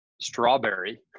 strawberry